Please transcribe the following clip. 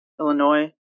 Illinois